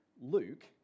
Luke